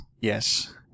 Yes